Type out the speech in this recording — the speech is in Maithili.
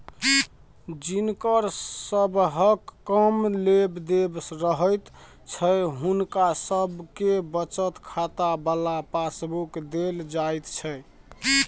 जिनकर सबहक कम लेब देब रहैत छै हुनका सबके बचत खाता बला पासबुक देल जाइत छै